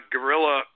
Gorilla